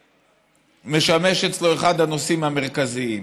משמש אצלו אחד הנושאים המרכזיים.